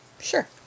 Sure